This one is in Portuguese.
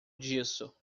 disso